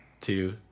two